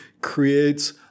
creates